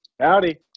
Howdy